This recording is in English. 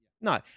No